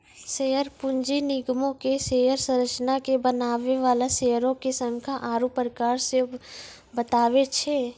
share पूंजी निगमो के शेयर संरचना के बनाबै बाला शेयरो के संख्या आरु प्रकार सेहो बताबै छै